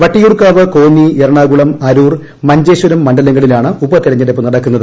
വട്ടിയൂർക്കാവ് കോന്നി എറണാകുളം അ്രൂർ മഞ്ചേശ്വരം മണ്ഡലങ്ങളിലാണ് ഉപതെരെഞ്ഞെടുപ്പ് നടക്കുന്നത്